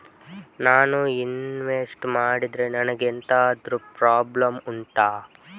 ನಾನು ಇನ್ವೆಸ್ಟ್ ಮಾಡಿದ್ರೆ ನನಗೆ ಎಂತಾದ್ರು ಪ್ರಾಬ್ಲಮ್ ಉಂಟಾ